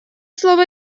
слово